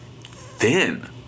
thin